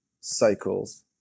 cycles